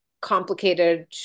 complicated